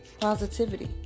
positivity